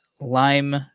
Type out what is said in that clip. lime